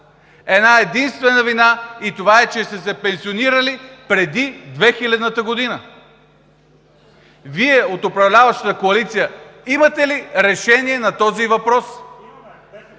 една-единствена вина, и тя е, че са се пенсионирали преди 2000 г.!? Вие от управляващата коалиция имате ли решение на този въпрос?